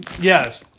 Yes